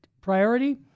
priority